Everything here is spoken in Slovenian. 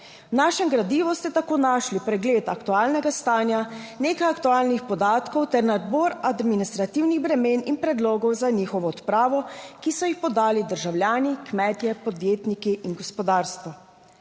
V našem gradivu ste tako našli pregled aktualnega stanja, nekaj aktualnih podatkov ter nabor administrativnih bremen in predlogov za njihovo odpravo, ki so jih podali državljani, kmetje, podjetniki in gospodarstvo.